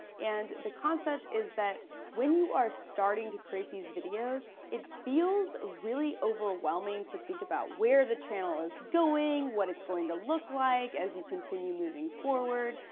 and the concept is that when you are starting to create these videos, it feels really overwhelming to think about where the channel is going, what it's going to look like as you continue moving forward.